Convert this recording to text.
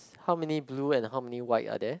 how many blue and how many white are there